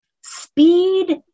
speed